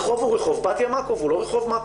הרחוב הוא רחוב בתיה מקוב והוא לא רחוב מקוב.